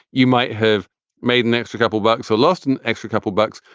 you might have made an extra couple bucks or lost an extra couple bucks.